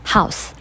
House